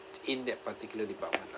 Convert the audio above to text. in that particular department lah